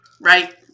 Right